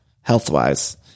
health-wise